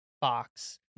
box